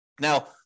Now